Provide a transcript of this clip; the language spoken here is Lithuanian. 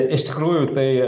iš tikrųjų tai